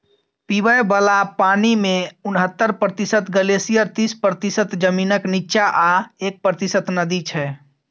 पीबय बला पानिमे उनहत्तर प्रतिशत ग्लेसियर तीस प्रतिशत जमीनक नीच्चाँ आ एक प्रतिशत नदी छै